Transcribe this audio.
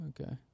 okay